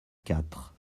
quatre